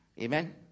Amen